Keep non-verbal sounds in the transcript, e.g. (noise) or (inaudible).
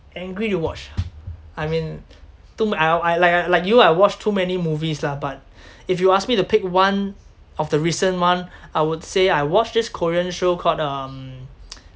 angry to watch I mean too mu~ I I like I like you I watch too many movies lah but if you ask me to pick one of the recent one I would say I watched this korean show called um (noise)